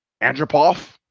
Andropov